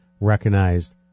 recognized